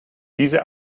diese